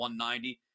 190